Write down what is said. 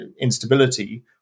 instability